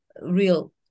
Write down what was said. real